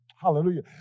Hallelujah